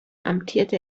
amtierte